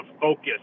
focus